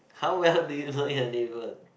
how well do you know your neighbour